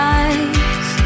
eyes